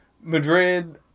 Madrid